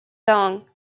dong